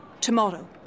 Tomorrow